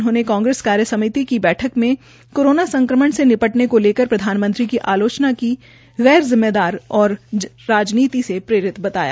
उन्होंने कांग्रेस कार्य समिति की बैठक मे कोरोना संक्रमण से निपटने को लेकर प्रधानमंत्री की आलोचना को गैर जिम्मेदार व राजनीति से प्रेरित बताया